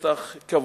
בשטח כבוש.